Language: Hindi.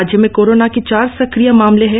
राज्य में कोरोना के चार सक्रिय मामले है